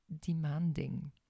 demanding